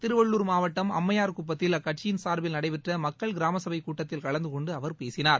திருவள்ளூர் மாவட்டம் அம்மையார்குப்பத்தில் அக்கட்சியின் சார்பில் நடைபெற்ற மக்கள் கிராமசபை கூட்டத்தில் கலந்துகொண்டு அவர் பேசினார்